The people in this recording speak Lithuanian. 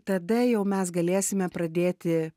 tada jau mes galėsime pradėti